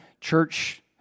church